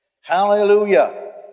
Hallelujah